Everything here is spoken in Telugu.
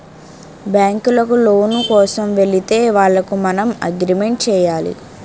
బ్యాంకులకు లోను కోసం వెళితే వాళ్లకు మనం అగ్రిమెంట్ చేయాలి